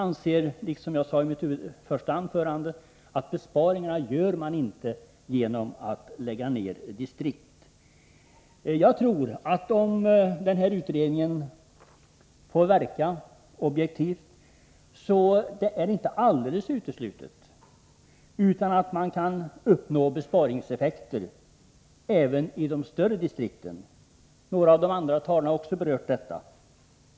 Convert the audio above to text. Men som jag sade i mitt första anförande anser man inte att besparingar görs genom att distrikt läggs ned. Om den här utredningen får verka objektivt, tror jag att det inte är alldeles uteslutet att man kan uppnå besparingseffekter även i de större distrikten. Några av de andra talarna har också berört detta.